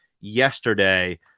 yesterday